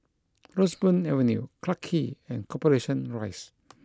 Roseburn Avenue Clarke Quay and Corporation Rise